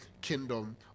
kingdom